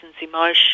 emotion